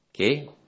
Okay